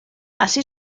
así